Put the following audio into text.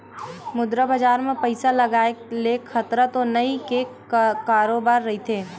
मुद्रा बजार म पइसा लगाय ले खतरा तो नइ के बरोबर रहिथे